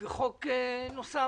וחוק נוסף